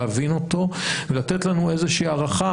להבין אותו ולתת לנו איזה שהיא הערכה,